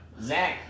Zach